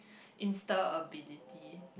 insta ability